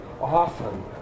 often